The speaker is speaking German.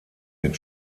mit